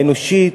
האנושית,